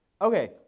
Okay